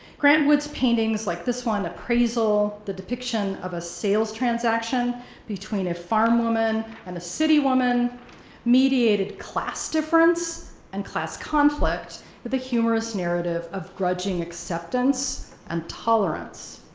grant wood's paintings, like this one, appraisal, the depiction of a sales transaction between a farm woman and a city woman mediated class difference and class conflict with a humorous narrative of grudging acceptance and tolerance.